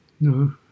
no